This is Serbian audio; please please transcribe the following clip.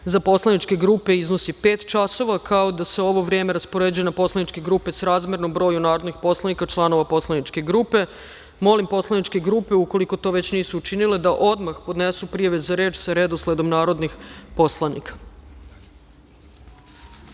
za poslaničke grupe iznosi pet časova, kao i da se ovo vreme raspoređuje na poslaničke grupe srazmerno broju narodnih poslanika članova poslaničke grupe. Molim poslaničke grupe, ukoliko to već nisu učinile, da odmah podnesu prijave za reč sa redosledom narodnih poslanika. Saglasno